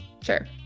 Sure